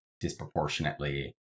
disproportionately